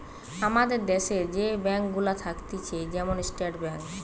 আমাদের দ্যাশে যে ব্যাঙ্ক গুলা থাকতিছে যেমন স্টেট ব্যাঙ্ক